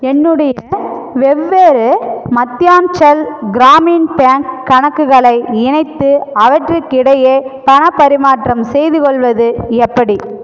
என்னுடைய வெவ்வேறு மத்தியான்ச்சல் கிராமின் பேங்க் கணக்குகளை இணைத்து அவற்றுக்கிடையே பணப் பரிமாற்றம் செய்து கொள்வது எப்படி